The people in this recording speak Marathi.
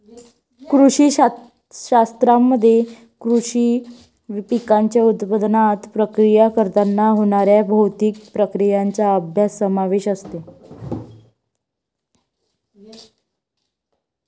कृषी शास्त्रामध्ये कृषी पिकांच्या उत्पादनात, प्रक्रिया करताना होणाऱ्या भौतिक प्रक्रियांचा अभ्यास समावेश असते